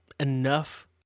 enough